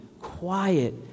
quiet